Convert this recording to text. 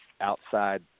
outside